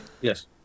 Yes